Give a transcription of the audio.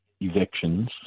evictions